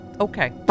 okay